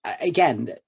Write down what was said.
again